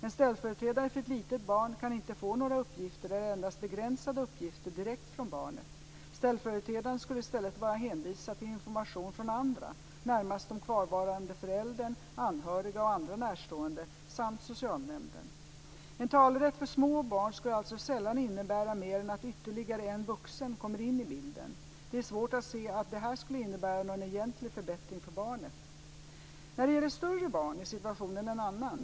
En ställföreträdare för ett litet barn kan inte få några uppgifter eller endast begränsade uppgifter direkt från barnet. Ställföreträdaren skulle i stället vara hänvisad till information från andra, närmast den kvarvarande föräldern, anhöriga och andra närstående samt socialnämnden. En talerätt för små barn skulle alltså sällan innebära mer än att ytterligare en vuxen kommer in i bilden. Det är svårt att se att detta skulle innebära någon egentlig förbättring för barnet. När det gäller större barn är situationen en annan.